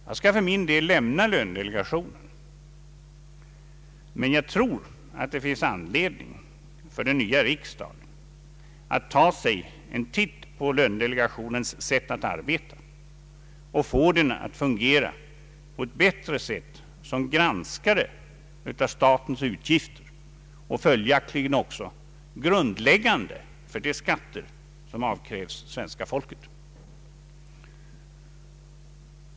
Jag skall för min del lämna lönedelegationen, men jag tror att det finns anledning för den nya riksdagen att ta sig en titt på lönedelegationens sätt att arbeta för att få den att fungera på ett bättre sätt som granskare av statens utgifter, vilka också är grundläggande för de skatter som avkrävs svenska folket.